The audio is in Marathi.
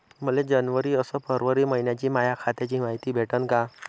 मले जनवरी अस फरवरी मइन्याची माया खात्याची मायती भेटन का?